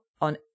on